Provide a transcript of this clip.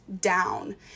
down